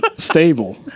stable